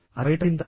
అది బయటపడిందా